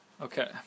Okay